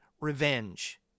revenge